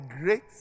great